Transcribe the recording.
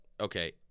okay